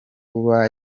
kuba